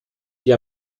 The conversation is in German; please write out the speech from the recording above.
die